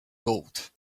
gold